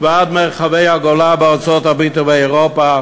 ועד מרחבי הגולה בארצות-הברית ובאירופה,